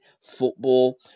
Football